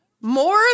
More